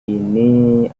ini